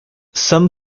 some